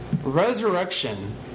resurrection